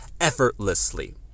effortlessly